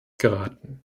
geraten